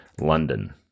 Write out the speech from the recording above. london